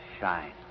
shine